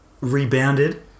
rebounded